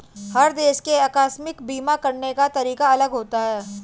हर देश के आकस्मिक बीमा कराने का तरीका अलग होता है